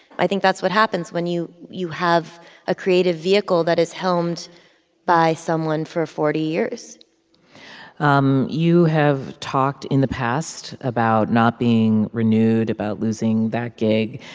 i think that's what happens when you you have a creative vehicle that is helmed by someone for forty years um you have talked in the past about not being renewed, about losing that gig.